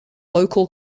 local